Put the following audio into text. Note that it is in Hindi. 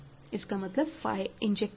इसका मतलब फाई इंजेक्टिव है